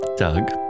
Doug